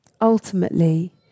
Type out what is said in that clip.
Ultimately